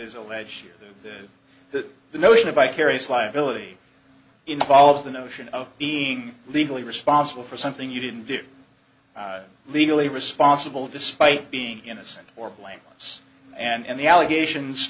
sure that the notion of vicarious liability involves the notion of being legally responsible for something you didn't do legally responsible despite being innocent or blankets and the allegations